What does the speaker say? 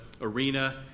arena